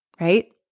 right